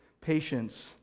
patience